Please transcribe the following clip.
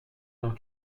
dans